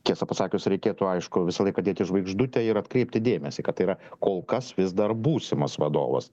tiesą pasakius reikėtų aišku visą laiką dėti žvaigždutę ir atkreipti dėmesį kad tai yra kol kas vis dar būsimas vadovas